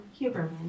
Huberman